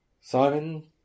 Simon